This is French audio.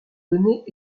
donnés